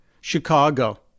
Chicago